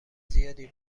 زیادی